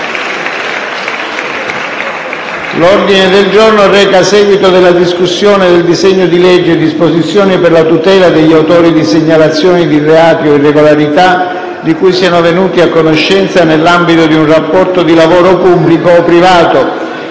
votazione (\*)** Il Senato, in sede di esame del disegno di legge recante disposizioni per la tutela degli autori di segnalazioni di reati o irregolarità di cui siano venuti a conoscenza nell'ambito di un rapporto di lavoro pubblico o privato